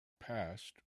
past